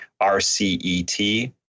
R-C-E-T